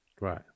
Right